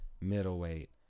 middleweight